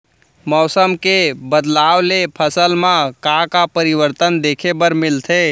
मौसम के बदलाव ले फसल मा का का परिवर्तन देखे बर मिलथे?